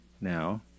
now